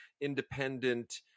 independent